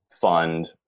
fund